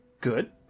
good